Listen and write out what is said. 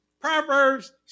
Proverbs